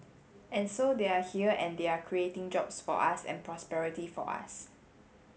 and so they are here and they are creating jobs for us and prosperity for us